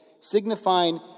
signifying